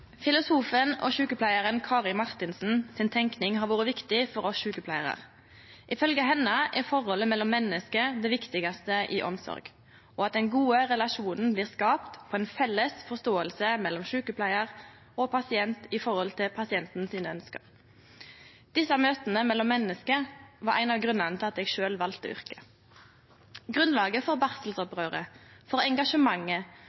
Filosofen og sjukepleiaren Kari Martinsens tenking har vore viktig for oss sjukepleiarar. Ifølgje henne er forholdet mellom menneske det viktigaste i omsorg, og at den gode relasjonen blir skapt ved ei felles forståing mellom sjukepleiar og pasient med omsyn til ønska til pasienten. Desse møta mellom menneske var ein av grunnane til at eg sjølv valde yrket. Grunnlaget for